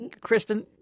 Kristen